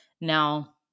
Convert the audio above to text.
Now